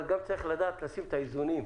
אבל צריך גם לדעת לשים את האיזונים.